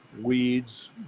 weeds